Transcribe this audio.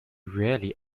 really